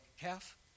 Calf